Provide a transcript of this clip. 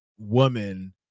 woman